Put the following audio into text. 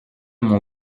mon